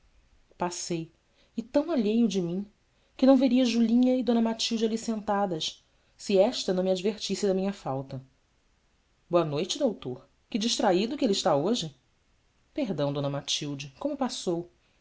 passei e tão alheio de mim que não veria julinha e d matilde ali sentadas se esta não me advertisse da minha falta oa noite doutor que distraído que ele está hoje erdão atilde omo passou